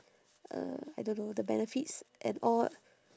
uh I don't know the benefits and all